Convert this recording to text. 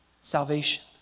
salvation